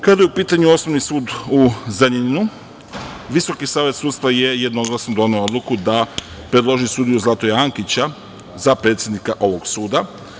Kada je u pitanju Osnovni sud u Zrenjaninu, Visoki savet sudstva je jednoglasno doneo odluku da predloži sudiju Zlatoja Ankića za predsednika ovog suda.